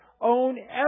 own